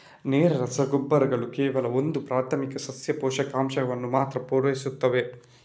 ನೇರ ರಸಗೊಬ್ಬರಗಳು ಕೇವಲ ಒಂದು ಪ್ರಾಥಮಿಕ ಸಸ್ಯ ಪೋಷಕಾಂಶವನ್ನ ಮಾತ್ರ ಪೂರೈಸ್ತವೆ